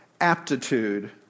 aptitude